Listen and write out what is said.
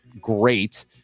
great